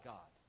God